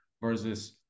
Versus